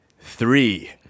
three